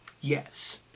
Yes